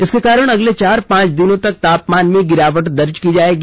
इसके कारण अगले चार पांच दिनों तक तापमान में गिरावट दर्ज की जाएगी